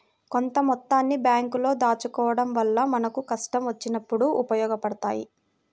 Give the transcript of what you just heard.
కొంత మొత్తాన్ని బ్యేంకుల్లో దాచుకోడం వల్ల మనకు కష్టం వచ్చినప్పుడు ఉపయోగపడతయ్యి